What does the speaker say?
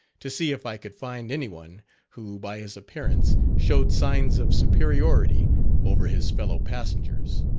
to see if i could find any one who by his appearance showed signs of superiority over his fellow-passengers.